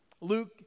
Luke